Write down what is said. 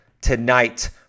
tonight